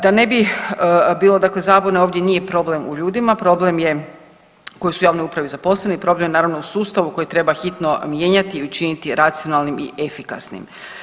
Da ne bi bilo dakle zabune, ovdje nije problem u ljudima problem je koji su u javnoj upravi zaposleni, problem je naravno u sustavu koji treba hitno mijenjati i učiniti racionalnim i efikasnim.